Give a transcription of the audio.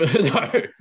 no